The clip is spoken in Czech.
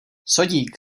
sodík